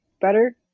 better